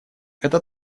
это